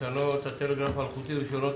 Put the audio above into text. תקנות הטלגרף האלחוטי (רישיונות,